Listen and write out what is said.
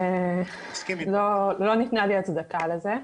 לא ניתנה לי הצדקה לזה.